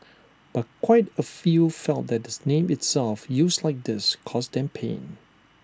but quite A few felt that this name itself used like this caused them pain